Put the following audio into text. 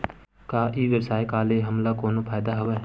का ई व्यवसाय का ले हमला कोनो फ़ायदा हवय?